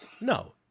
No